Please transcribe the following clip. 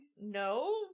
No